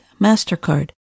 MasterCard